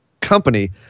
company